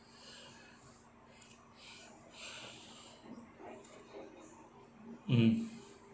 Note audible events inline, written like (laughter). (breath) mm